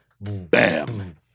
Bam